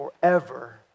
forever